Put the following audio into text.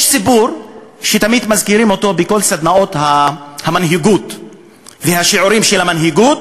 יש סיפור שתמיד מזכירים בכל סדנאות המנהיגות והשיעורים במנהיגות.